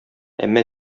әмма